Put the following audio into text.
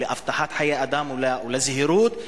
לזהירות,